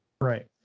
Right